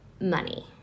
money